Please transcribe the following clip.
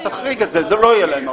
-- ברגע שתחריג את זה, לא תהיה להם עבודה.